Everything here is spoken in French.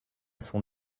son